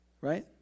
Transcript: right